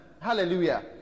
Hallelujah